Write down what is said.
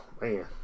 man